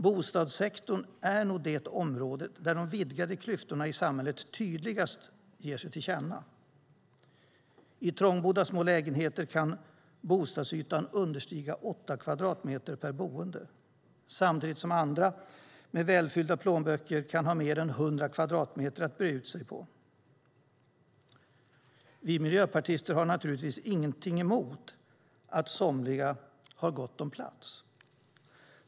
Bostadssektorn är nog det område där de vidgade klyftorna i samhället tydligast ger sig till känna. I trånga små lägenheter kan bostadsytan understiga åtta kvadratmeter per boende samtidigt som andra med välfyllda plånböcker kan ha mer än 100 kvadratmeter att breda ut sig på. Vi miljöpartister har naturligtvis ingenting emot att somliga har gott om plats.